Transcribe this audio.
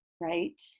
right